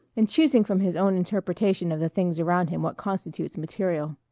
and choosing from his own interpretation of the things around him what constitutes material.